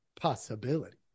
possibility